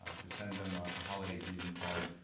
ah to send them a holiday greeting card.